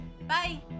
bye